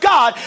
God